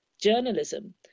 journalism